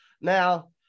Now